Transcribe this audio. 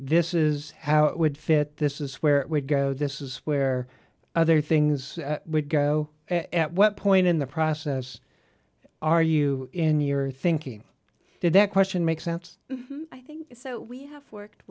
this is how it would fit this is where it would go this is where other things would go at what point in the process are you in your thinking did that question make sense i think so we have worked